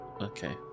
Okay